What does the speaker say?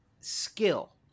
skill